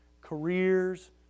careers